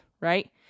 right